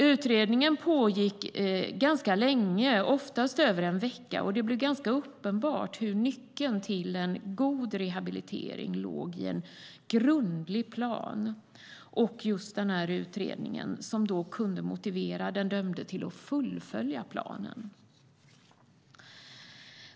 Utredningen pågick ganska länge, oftast i över en vecka, och det blev uppenbart hur nyckeln till en god rehabilitering låg i en grundlig plan och just i denna utredning som kunde motivera den dömde till att fullfölja planen.